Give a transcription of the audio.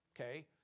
okay